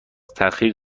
تاخیر